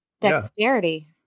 Dexterity